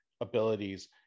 abilities